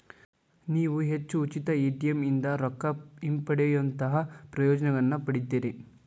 ನೇವು ಹೆಚ್ಚು ಉಚಿತ ಎ.ಟಿ.ಎಂ ಇಂದಾ ರೊಕ್ಕಾ ಹಿಂಪಡೆಯೊಅಂತಹಾ ಪ್ರಯೋಜನಗಳನ್ನ ಪಡಿತೇರಿ